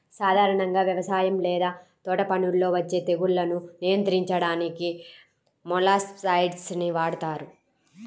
సాధారణంగా వ్యవసాయం లేదా తోటపనుల్లో వచ్చే తెగుళ్లను నియంత్రించడానికి మొలస్సైడ్స్ ని వాడుతారు